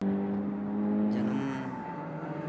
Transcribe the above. ᱡᱟᱹᱱᱩᱢ